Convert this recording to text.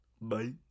Bye